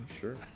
Sure